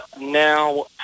now